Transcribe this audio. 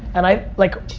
and i, like,